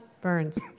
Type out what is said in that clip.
Burns